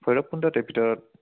ভৈৰৱকুণ্ডতে ভিতৰত